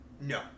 No